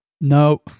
no